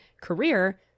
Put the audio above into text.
career